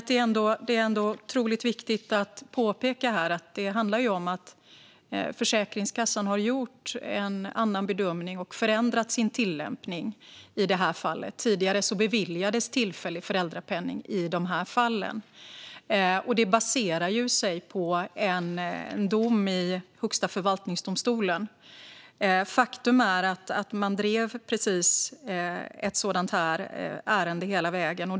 Det är otroligt viktigt att påpeka att Försäkringskassan har gjort en annan bedömning och förändrat sin tillämpning i det här fallet. Tidigare beviljades tillfällig föräldrapenning i de här fallen. Det baserar sig på en dom i Högsta förvaltningsdomstolen. Faktum är att man drev ett sådant ärende hela vägen.